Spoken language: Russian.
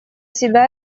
себя